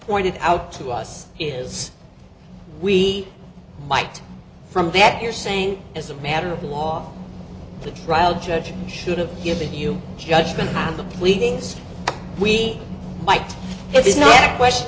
pointed out to us is we might from that you're saying as a matter of law the trial judge should have given you judgment on the pleadings we might it is not a question